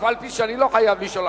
אף-על-פי שאני לא חייב לשאול,